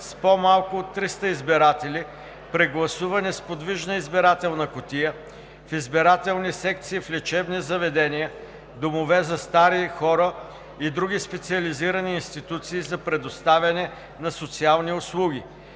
с по-малко от 300 избиратели при гласуване с подвижна избирателна кутия, в избирателни секции в лечебни заведения, домове за стари хора и други специализирани институции за предоставяне на социални услуги,